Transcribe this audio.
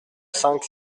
cinq